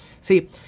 See